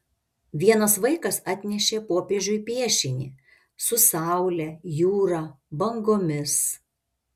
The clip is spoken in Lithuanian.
vienas vaikas atnešė popiežiui piešinį su saule jūra bangomis